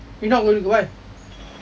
you're not going to why